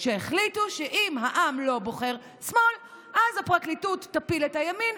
שהחליטו שאם העם לא בוחר שמאל אז הפרקליטות תפיל את הימין,